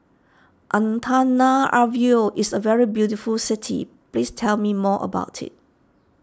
Antananarivo is a very beautiful city please tell me more about it